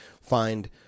find